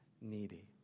needy